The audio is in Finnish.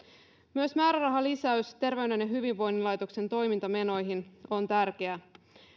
myös määrärahalisäys terveyden ja hyvinvoinnin laitoksen toimintamenoihin on tärkeä